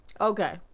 Okay